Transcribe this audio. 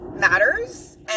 matters